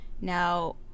Now